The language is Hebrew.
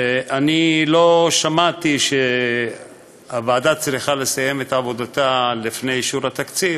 אני לא שמעתי שהוועדה צריכה לסיים את עבודתה לפני אישור התקציב.